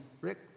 Rick